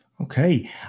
Okay